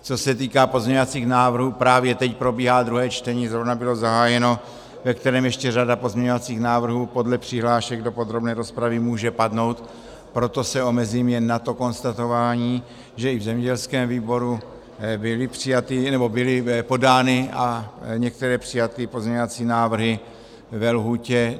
Co se týká pozměňovacích návrhů, právě teď probíhá druhé čtení, zrovna bylo zahájeno, ve kterém ještě řada pozměňovacích návrhů podle přihlášek do podrobné rozpravy může padnout, proto se omezím jen na to konstatování, že i v zemědělském výboru byly podány, a některé přijaty, pozměňovací návrhy ve lhůtě.